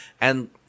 And-